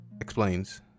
explains